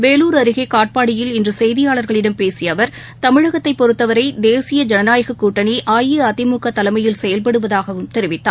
வேலூர் அருகேகாட்பாடியில் இன்றுசெய்தியாளர்களிடம் பேசியஅவர் தமிழகத்தைபொறுத்தவரைதேசிய ஜனநாயககூட்டணிஅஇஅதிமுகதலைமையில் செயல்படுவதாகவும் தெரிவித்தார்